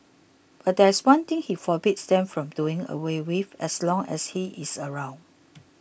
but there is one thing he forbids them from doing away with as long as he is around